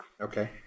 Okay